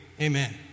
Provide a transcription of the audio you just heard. Amen